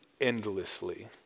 endlessly